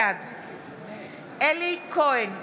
בעד אלי כהן,